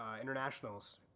internationals